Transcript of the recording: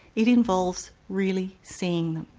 it involves really seeing them.